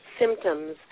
symptoms